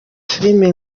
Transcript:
filime